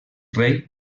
rei